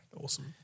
Awesome